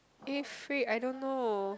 eh freak I don't know